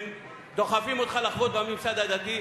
דוחפים אותך לחבוט בממסד הדתי,